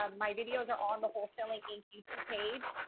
um my videos are on the wholesaling inc. youtube page.